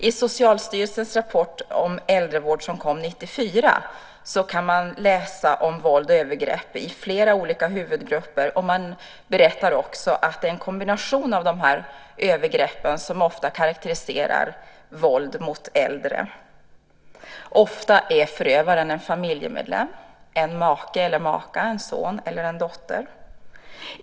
I Socialstyrelsens rapport om äldrevården som kom 1994 kan man läsa om våld och övergrepp i flera olika huvudgrupper. Man berättar också att det är en kombination av de här övergreppen som ofta karakteriserar våld mot äldre. Ofta är förövaren en familjemedlem, en make eller maka, en son eller en dotter.